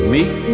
Meet